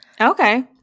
Okay